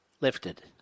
lifted